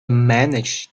manage